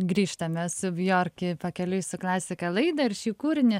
grįžtame su bjork į pakeliui su klasika laidą ir šį kūrinį